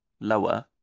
lower